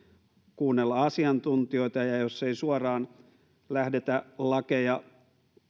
kuunnella asiantuntijoita ja ja jos ei suoraan lähdetä lakeja